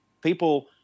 people